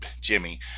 Jimmy